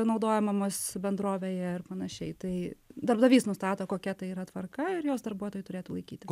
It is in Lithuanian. naudojamomis bendrovėje ir panašiai tai darbdavys nustato kokia tai yra tvarka ir jos darbuotojai turėtų laikytis